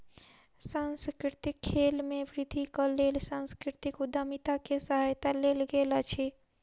सांस्कृतिक खेल में वृद्धिक लेल सांस्कृतिक उद्यमिता के सहायता लेल गेल अछि